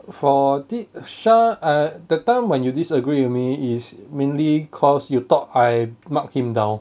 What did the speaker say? for did shah uh that time when you disagree with me is mainly cause you thought I mark him down